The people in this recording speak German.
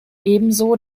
ebenso